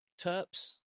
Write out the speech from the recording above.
Terps